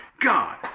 God